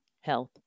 health